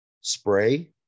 spray